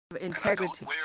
integrity